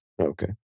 Okay